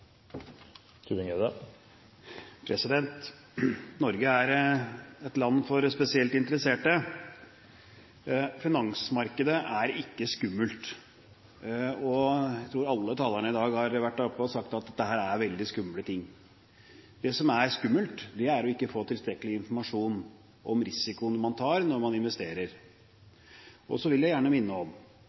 et land for spesielt interesserte. Finansmarkedet er ikke skummelt. Jeg tror alle talerne i dag har vært oppe og sagt at dette er veldig skumle ting. Det som er skummelt, er å ikke få tilstrekkelig informasjon om risikoen man tar når man investerer. Så vil jeg gjerne minne om